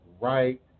right